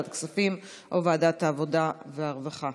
ועדת הכספים או ועדת העבודה והרווחה.